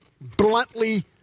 bluntly